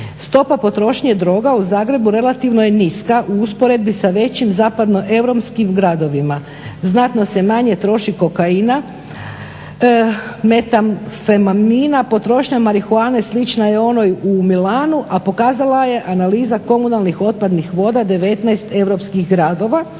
Stopa potrošnje droga u Zagrebu relativno je niska u usporedbi sa većim zapadnoeuropskim gradovima. Znatno se manje troši kokaina, metamfemamina, potrošnja marihuane slična je onoj u Milanu a pokazala je analiza komunalnih otpadnih voda 19 europskih gradova.